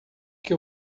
que